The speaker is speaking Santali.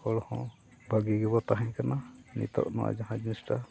ᱦᱚᱲ ᱦᱚᱸ ᱵᱷᱟᱜᱤ ᱜᱮᱵᱚᱱ ᱛᱟᱦᱮᱸ ᱠᱟᱱᱟ ᱱᱤᱛᱳᱜ ᱱᱚᱣᱟ ᱡᱟᱦᱟᱸ ᱡᱚᱥᱴᱟ